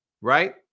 right